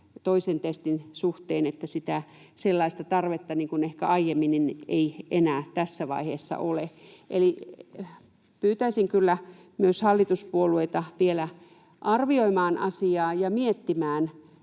toisen testin suhteen, että sellaista tarvetta niin kuin ehkä aiemmin ei enää tässä vaiheessa ole. Pyytäisin kyllä myös hallituspuolueita vielä arvioimaan asiaa ja miettimään,